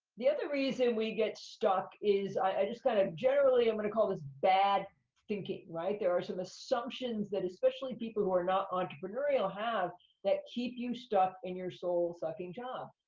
the other reason we get stuck is, i just kind of generally, i'm gonna call this bad thinking, right? there are some assumptions that especially people who are not entrepreneurial have that keep you stuck in your soul-sucking job.